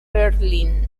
berlín